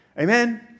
Amen